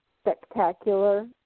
Spectacular